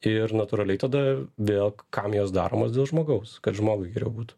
ir natūraliai tada vėl kam jos daromos dėl žmogaus kad žmogui geriau būtų